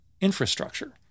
infrastructure